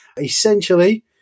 essentially